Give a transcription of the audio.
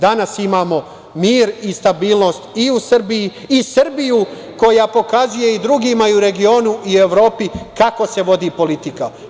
Danas imamo mir i stabilnost i u Srbiji i Srbiju koja pokazuje i drugima u regionu i Evropi kako se vodi politika.